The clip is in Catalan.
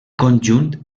conjunt